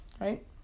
Right